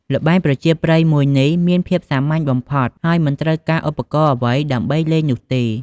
ល្បែងប្រជាប្រិយមួយនេះមានភាពសាមញ្ញបំផុត ហើយមិនត្រូវការឧបករណ៍អ្វី ដើម្បីលេងនោះទេ។